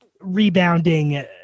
rebounding